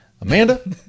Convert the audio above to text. Amanda